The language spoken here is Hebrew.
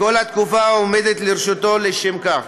כל התקופה העומדת לרשותו לשם כך,